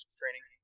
training